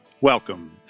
Welcome